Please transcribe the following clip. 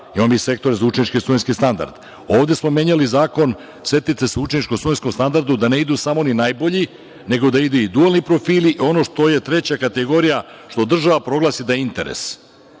mi sektore za učenički i studentski standard. Ovde smo menjali Zakon o učeničkom i studentskom standardu da ne idu samo najbolji, nego da idu i dualni profili i ono što je treća kategorija, što država proglasi da je interes. Ako